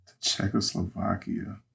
Czechoslovakia